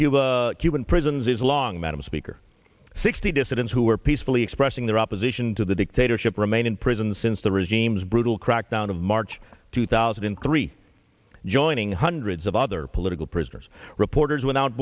cuba cuban prisons is long madam speaker sixty dissidents who were peacefully expressing their opposition to the dictatorship remain in prison since the regime's brutal crackdown of march two thousand and three joining hundreds of other political prisoners reporters without